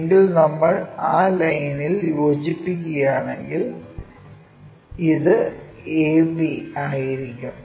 എങ്കിൽ നമ്മൾ ആ ലൈനിൽ യോജിപ്പിക്കുകയാണെങ്കിൽ ഇത് ab ആയിരിക്കും